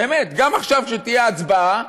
באמת, גם עכשיו, כאשר תהיה הצבעה,